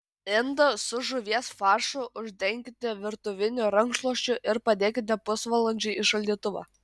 indą su žuvies faršu uždenkite virtuviniu rankšluosčiu ir padėkite pusvalandžiui į šaldytuvą